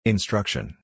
Instruction